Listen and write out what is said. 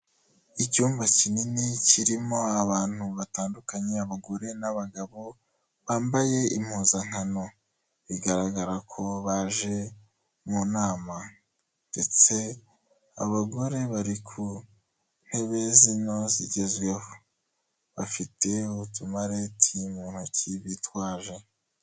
Icyumba kinini kirimo abantu batandukanye, abagore n'abagabo, bambaye impuzankano. Bigaragara ko baje mu nama ndetse abagore bari ku ntebe z'ino zigezweho. Bafite utumareti mu ntoki bitwaje.